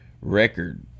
record